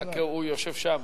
הוא יושב שם.